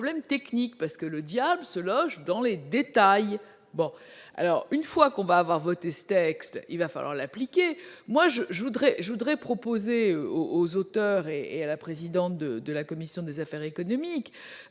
le diable se loge dans les détails.